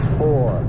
four